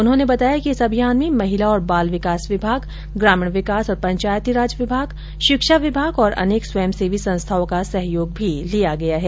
उन्होंने बताया कि इस अभियान में महिला और बाल विकास विभाग ग्रामीण विकास और पंचायती राज विभाग शिक्षा विभाग और अनेक स्वयंसेवी संस्थाओं का सहयोग भी लिया गया है